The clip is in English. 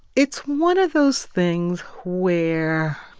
it's one of those things where